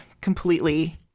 completely